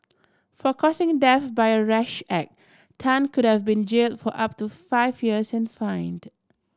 for causing death by a rash act Tan could have been jail for up to five years and fined